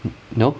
n~ nope